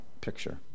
picture